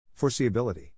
Foreseeability